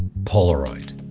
polaroid.